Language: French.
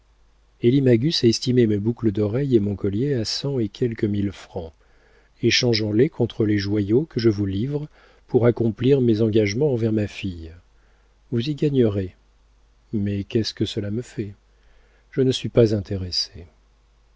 magus a estimé mes boucles d'oreilles et mon collier à cent et quelques mille francs échangeons les contre les joyaux que je vous livre pour accomplir mes engagements envers ma fille vous y gagnerez mais qu'est-ce que cela me fait je ne suis pas intéressée